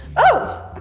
oh,